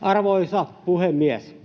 Arvoisa puhemies!